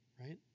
Right